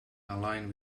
align